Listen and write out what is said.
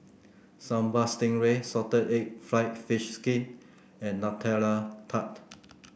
Sambal Stingray Salted Egg fried fish skin and Nutella Tart